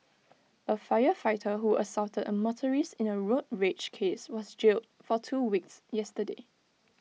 A firefighter who assaulted A motorist in A road rage case was jailed for two weeks yesterday